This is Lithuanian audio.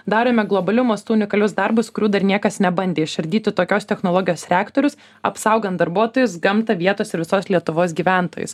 darome globaliu mastu unikalius darbus kurių dar niekas nebandė išardyti tokios technologijos reaktorius apsaugant darbuotojus gamtą vietos ir visos lietuvos gyventojus